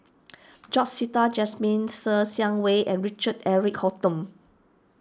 George Sita Jasmine Ser Xiang Wei and Richard Eric Holttum